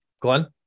Glenn